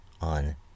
on